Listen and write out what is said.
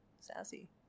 sassy